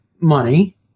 money